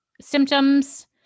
symptoms